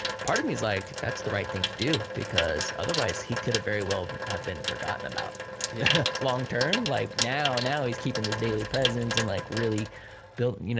part of me's like that's the right thing to do because otherwise he could've very well have been forgotten about yeah long term. like now now he's keeping his daily presence and like really building, you know